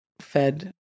fed